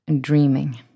dreaming